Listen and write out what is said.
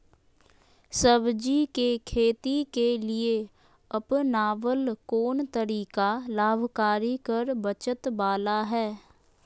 सब्जी के खेती के लिए अपनाबल कोन तरीका लाभकारी कर बचत बाला है?